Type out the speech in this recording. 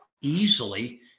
easily